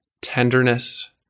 tenderness